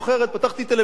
פתחתי טלוויזיה,